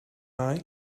eye